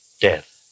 death